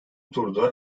turda